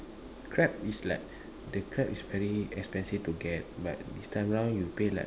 crab is like the crab is very expensive to get but this time round you pay like